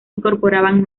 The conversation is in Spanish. incorporaban